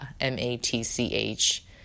M-A-T-C-H